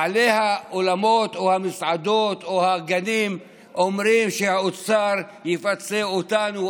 בעלי האולמות או המסעדות או הגנים אומרים: האוצר יפצה אותנו,